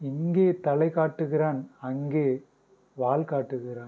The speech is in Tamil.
இங்கே தலை காட்டுகிறான் அங்கே வால் காட்டுகிறான்